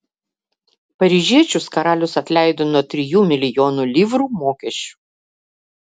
paryžiečius karalius atleido nuo trijų milijonų livrų mokesčių